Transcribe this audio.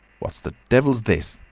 what the devil's this?